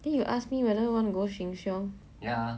then you ask me whether want to go sheng siong